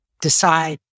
decide